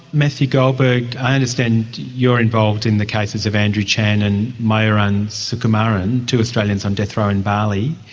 matthew goldberg, i understand you are involved in the cases of andrew chan and myuran sukumaran, two australians on death row in bali.